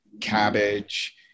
cabbage